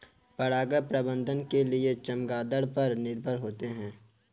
परागण प्रबंधन के लिए चमगादड़ों पर निर्भर होते है